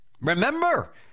Remember